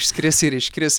išskris ir iškris